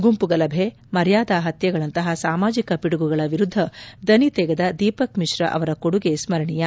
ಗುಂಪು ಗಲಭೆ ಮರ್ಯಾದಾ ಹತ್ತೆಗಳಂತಹ ಸಾಮಾಜಿಕ ಪಿಡುಗುಗಳ ವಿರುದ್ದ ದನಿ ತೆಗೆದ ದೀಪಕ್ ಮಿತ್ತಾ ಅವರ ಕೊಡುಗೆ ಸ್ಲರಣೀಯ